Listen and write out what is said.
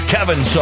Kevin